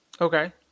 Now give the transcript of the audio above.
Okay